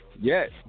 Yes